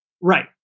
Right